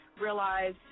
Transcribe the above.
realize